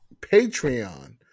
Patreon